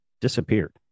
disappeared